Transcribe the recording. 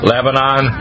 Lebanon